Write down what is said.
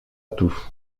tout